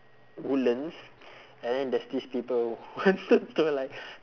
woodlands and then there's this people wanted to like